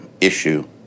issue